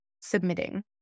submitting